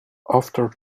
after